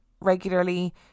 regularly